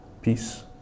Peace